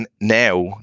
now